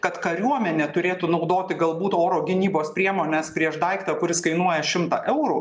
kad kariuomenė turėtų naudoti galbūt oro gynybos priemones prieš daiktą kuris kainuoja šimtą eurų